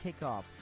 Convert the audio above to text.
kickoff